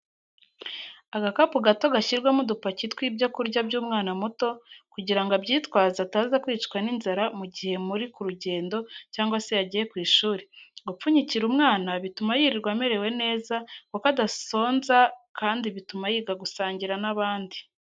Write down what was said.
Agakapu gato gashyirwa udupaki tw'ibyo kurya by'umwana muto kugira ngo abyitwaze ataza kwicwa n'inzara mu gihe muri ku rugendo cyangwa se yagiye ku ishuri, gupfunyikira umwana bituma yirirwa amerewe neza kuko adasonza kandi bituma yiga gusangira n'abandi.